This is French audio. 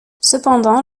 cependant